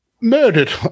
murdered